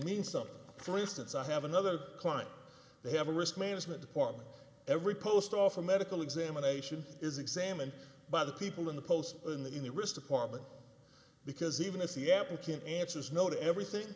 means something three since i have another client they have a risk management department every post off a medical examination is examined by the people in the post in the risk department because even if the applicant answers no to everything